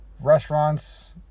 restaurants